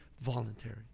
voluntary